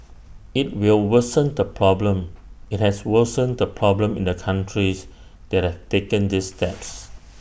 IT will worsen the problem IT has worsened the problem in the countries that have taken these steps